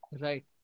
right